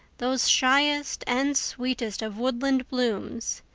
those shyest and sweetest of woodland blooms,